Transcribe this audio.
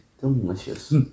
delicious